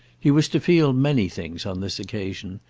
he was to feel many things on this occasion,